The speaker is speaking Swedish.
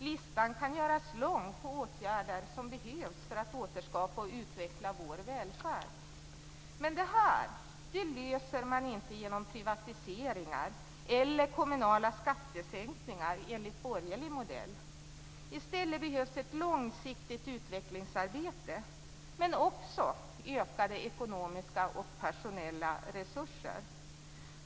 Listan kan göras lång på åtgärder som behövs för att återskapa och utveckla vår välfärd. Men det här löser man inte genom privatiseringar eller kommunala skattesänkningar enligt borgerlig modell. I stället behövs ett långsiktigt utvecklingsarbete, men också ökade ekonomiska och personella resurser.